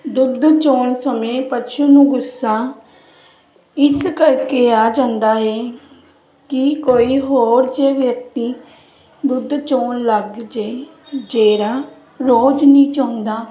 ਦੁੱਧ ਚੋਣ ਸਮੇਂ ਪਸ਼ੂ ਨੂੰ ਗੁੱਸਾ ਇਸ ਕਰਕੇ ਆ ਜਾਂਦਾ ਹੈ ਕਿ ਕੋਈ ਹੋਰ ਜੇ ਵਿਅਕਤੀ ਦੁੱਧ ਚੋਣ ਲੱਗ ਜੇ ਜਿਹੜਾ ਰੋਜ਼ ਨਹੀਂ ਚੋਂਦਾ ਤਾਂ